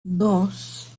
dos